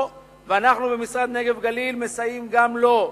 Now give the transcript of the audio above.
ואנחנו במשרד נגב-גליל מסייעים גם לו,